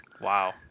Wow